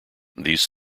these